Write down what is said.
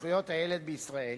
לזכויות הילד בישראל